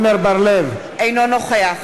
אינו נוכח